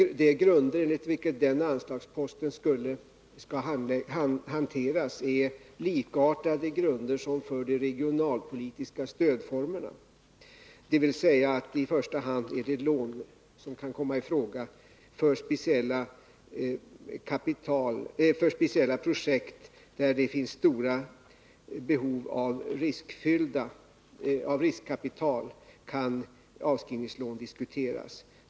De grunder, på vilka den anslagsposten skall hanteras, är likartade de grunder som gäller för de regionalpolitiska stödformerna, dvs. att det i första hand är lån som kan komma i fråga. För speciella projekt, där det finns ett stort behov av riskkapital, kan avskrivningslån diskuteras.